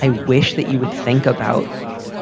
i wish that you would think about